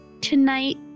tonight